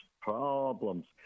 problems